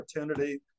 opportunity